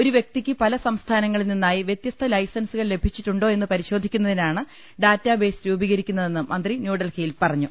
ഒരു വ്യക്തിക്ക് പല സംസ്ഥാനങ്ങളിൽ നിന്നായി വ്യത്യസ്ത ലൈസൻസുകൾ ലഭിച്ചിട്ടുണ്ടോ എന്ന് പരിശോധിക്കുന്നതി നാണ് ഡേറ്റാ ബെയ്സ് രൂപീകരിക്കു ന്ന തെന്ന് മന്ത്രി ന്യൂഡൽഹിയിൽ പറഞ്ഞു